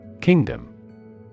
Kingdom